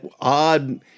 odd